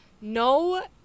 no